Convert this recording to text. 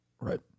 Right